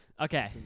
Okay